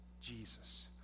Jesus